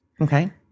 Okay